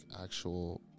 actual